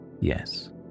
Yes